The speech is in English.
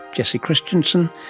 jessie christiansen,